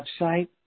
website